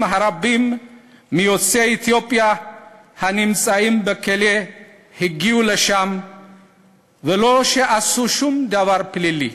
הרבים מיוצאי אתיופיה הנמצאים בכלא הגיעו לשם בלי שעשו דבר פלילי.